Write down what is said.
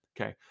okay